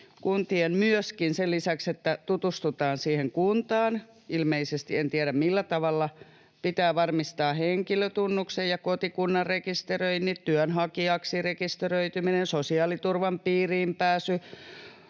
kuntien myöskin sen lisäksi, että tutustutaan siihen kuntaan — ilmeisesti, en tiedä, millä tavalla — varmistaa henkilötunnuksen ja kotikunnan rekisteröinnit, työnhakijaksi rekisteröityminen, sosiaaliturvan piiriin pääsy,